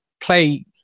play